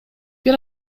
бир